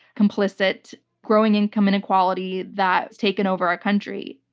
complicit, growing income inequality that's taken over our country.